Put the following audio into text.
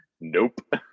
Nope